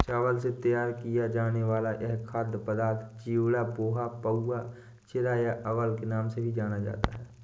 चावल से तैयार किया जाने वाला यह खाद्य पदार्थ चिवड़ा, पोहा, पाउवा, चिरा या अवल के नाम से भी जाना जाता है